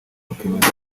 bakemeza